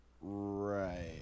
right